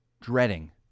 dreading